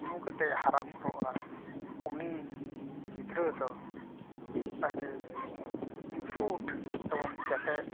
ᱧᱩ ᱠᱟᱛᱮᱜ ᱮ ᱦᱟᱨᱟ ᱵᱩᱨᱩᱜᱼᱟᱭ ᱩᱱᱤ ᱜᱤᱫᱽᱨᱟᱹ ᱫᱚ ᱟᱹᱰᱤ ᱱᱤᱯᱷᱩᱴ ᱮᱵᱚᱝ ᱠᱮᱴᱮᱡ